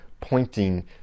pointing